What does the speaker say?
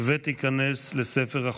הצבעה.